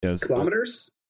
Kilometers